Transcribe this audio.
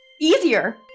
Easier